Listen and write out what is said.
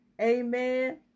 amen